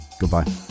Goodbye